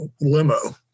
limo